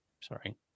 Sorry